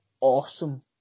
awesome